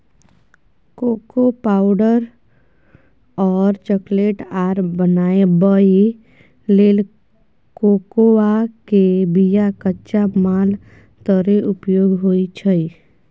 cocoa powder और chocolate आर बनाबइ लेल कोकोआ के बिया कच्चा माल तरे उपयोग होइ छइ